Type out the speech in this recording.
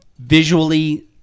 visually